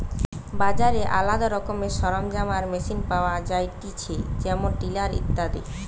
বাজারে আলদা রকমের সরঞ্জাম আর মেশিন পাওয়া যায়তিছে যেমন টিলার ইত্যাদি